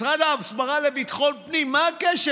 משרד ההסברה בביטחון פנים, מה הקשר?